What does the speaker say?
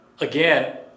again